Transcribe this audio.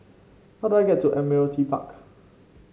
how do I get to Admiralty Park